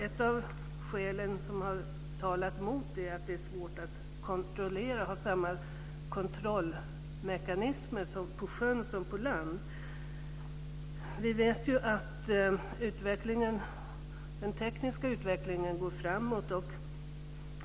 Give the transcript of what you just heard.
Ett av skälen som har talat emot det är att det är svårt att ha samma kontrollmekanismer på sjön som på land. Vi vet att den tekniska utvecklingen går framåt.